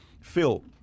Phil